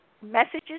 messages